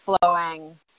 flowing